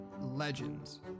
Legends